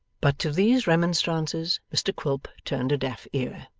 but to these remonstrances, mr quilp turned a deaf ear.